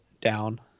down